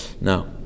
Now